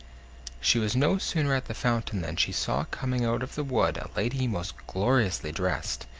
she was no sooner at the fountain than she saw coming out of the wood a lady most gloriously dressed,